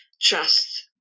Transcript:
trust